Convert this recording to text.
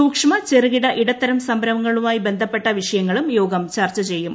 സൂക്ഷ്മ ചെറുകിട ഇടത്തിരും സംരംഭങ്ങളുമായി ബന്ധപ്പെട്ട വിഷയങ്ങളും യോഗ്രം ചർച്ച ചെയ്യും